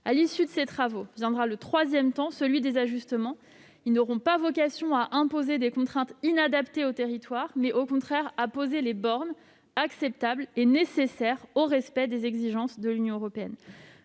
À l'issue de ces travaux viendra le troisième temps, celui des ajustements. Ceux-ci n'auront pas vocation à imposer des contraintes inadaptées aux territoires, mais au contraire à poser des bornes acceptables et nécessaires au respect des exigences de l'Union européenne.